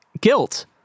Guilt